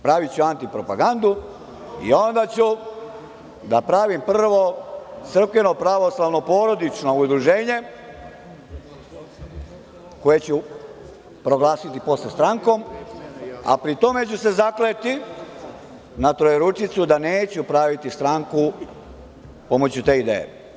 Praviću antipropagandu i onda ću da pravim prvo crkveno, pravoslavno, porodično udruženje koje ću proglasiti posle strankom, a pri tome ću se zakleti na Trojeručicu da neću praviti stranku pomoću te ideje.